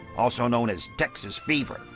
also known as texas fever,